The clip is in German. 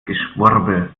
geschwurbel